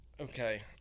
Okay